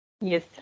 Yes